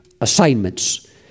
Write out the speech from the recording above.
assignments